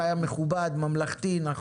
כל אחד מקבל בזמן שלו את השירות, אין